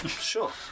Sure